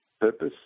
purpose